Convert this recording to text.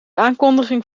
aankondiging